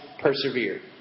persevere